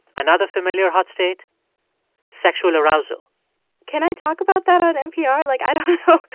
another familiar hot state sexual arousal can i talk about that on npr? like, i don't know